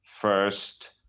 first